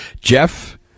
Jeff